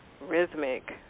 rhythmic